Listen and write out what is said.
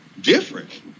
different